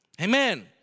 amen